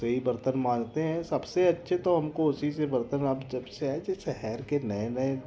से ही बर्तन मांजते हैं सब से अच्छे तो हम को उसी से बर्तन अब जब से आए थे शहर के नए नए